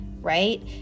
right